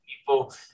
people